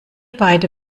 beide